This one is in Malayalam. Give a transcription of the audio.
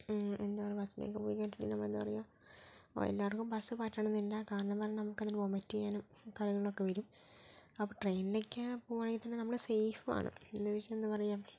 എന്താ പറയുക ബസ്സിനൊക്കേ പോയി കഴിഞ്ഞിട്ടുണ്ടെങ്കിൽ നമ്മള് എന്താ പറയുക എല്ലാർക്കും ബസ്സ് പറ്റണം എന്നില്ല കാരണം എന്ന് പറഞ്ഞാൽ നമുക്കതില് വൊമിറ്റെയ്യാനും കാര്യങ്ങളൊക്കെ വരും അപ്പോൾ ട്രെയിനിലൊക്കെ പോകുവാണെങ്കിൽ തന്നെ നമ്മള് സെയിഫാണ് എന്ന് വെച്ചാൽ എന്താ പറയുക